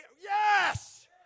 Yes